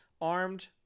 armed